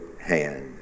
hand